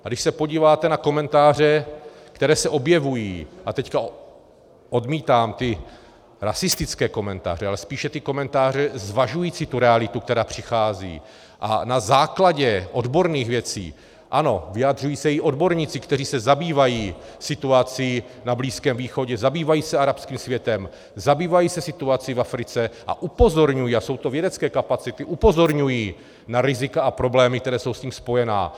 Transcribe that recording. A když se podíváte na komentáře, které se objevují a teď odmítám ty rasistické komentáře, ale spíše ty komentáře zvažující realitu, která přichází, a na základě odborných věcí, ano, vyjadřují se i odborníci, kteří se zabývají situací na Blízkém východě, zabývají se arabským světem, zabývají se situací v Africe a upozorňují, a jsou to vědecké kapacity, upozorňují na rizika a problémy, která jsou s tím spojená.